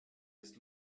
just